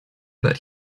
that